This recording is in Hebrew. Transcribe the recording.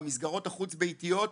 במסגרות החוץ ביתיות,